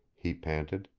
he panted.